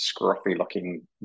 scruffy-looking